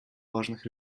важных